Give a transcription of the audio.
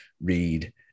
read